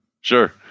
sure